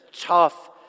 tough